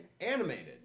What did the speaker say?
Animated